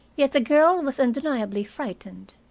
yet the girl was undeniably frightened.